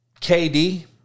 KD